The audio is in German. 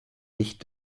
licht